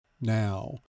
Now